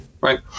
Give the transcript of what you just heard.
right